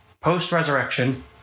post-resurrection